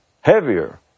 heavier